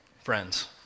friends